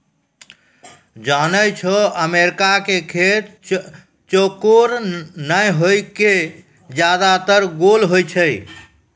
जानै छौ अमेरिका के खेत चौकोर नाय होय कॅ ज्यादातर गोल होय छै